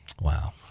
Wow